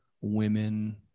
women